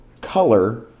color